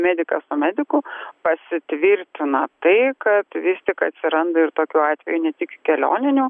medikas su mediku pasitvirtina tai kad vis tik atsiranda ir tokių atvejų ne tik kelioninių